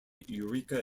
eureka